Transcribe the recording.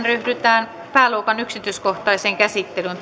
ryhdytään pääluokan kahteenkymmeneenkahdeksaan yksityiskohtaiseen käsittelyyn